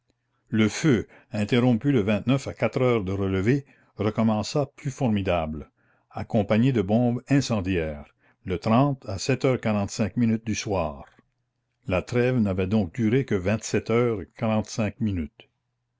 le feu interrompu le à quatre heures de relevée recommença plus formidable accompagné de bombes incendiaires le à sept heures quarante-cinq minutes du soir la trêve n'avait donc duré que vingt-sept heures quarante-cinq minutes